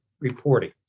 reporting